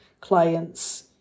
clients